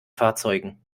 fahrzeugen